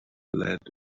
lead